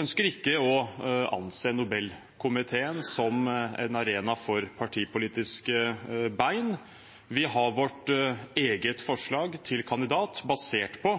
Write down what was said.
ønsker ikke å anse Nobelkomiteen som en arena for partipolitiske bein. Vi har vårt eget forslag til kandidat basert på